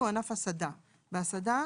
בהסעדה